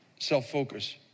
self-focus